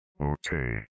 Okay